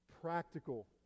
practical